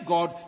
God